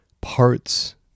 parts